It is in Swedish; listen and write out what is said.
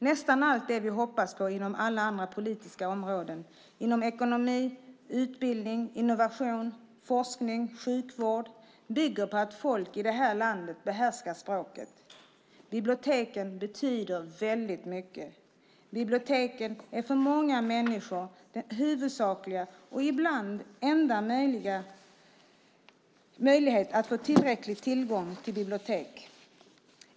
Nästan allt det vi hoppas på inom alla andra politiska områden - ekonomi, utbildning, innovation, forskning, sjukvård - bygger på att folk i det här landet behärskar språket. Biblioteken betyder mycket. Biblioteken är för många människor den huvudsakliga och ibland enda möjligheten att få tillräcklig tillgång till böcker.